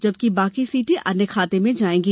जबकि बाकी सीटें अन्य खाते में जायेंगी